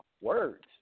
words